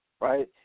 right